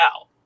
out